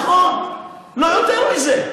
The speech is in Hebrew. נכון, לא יותר מזה.